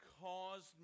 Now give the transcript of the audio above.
caused